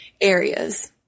areas